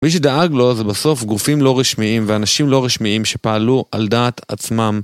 מי שדאג לו זה בסוף גופים לא רשמיים ואנשים לא רשמיים שפעלו על דעת עצמם.